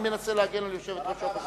אני מנסה להגן על יושבת-ראש האופוזיציה.